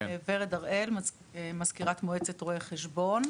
ורד הראל, מזכירות מועצת רואי החשבון.